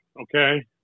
Okay